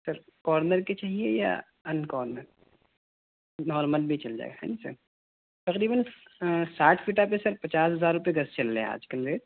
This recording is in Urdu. کارنر کی چاہیے یا ان کارنر نارمل بھی چل جائے گا ہے نا سر تقریباً ساٹھ فٹا پہ سر پچاس ہزار روپیے گز چل رہے ہیں آج کل ریٹ